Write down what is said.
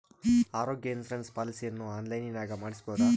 ಆರೋಗ್ಯ ಇನ್ಸುರೆನ್ಸ್ ಪಾಲಿಸಿಯನ್ನು ಆನ್ಲೈನಿನಾಗ ಮಾಡಿಸ್ಬೋದ?